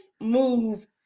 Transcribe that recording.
move